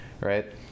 right